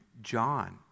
John